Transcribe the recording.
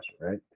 right